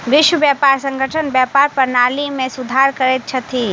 विश्व व्यापार संगठन व्यापार प्रणाली में सुधार करैत अछि